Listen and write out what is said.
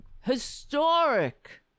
historic